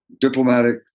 diplomatic